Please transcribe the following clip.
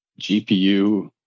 gpu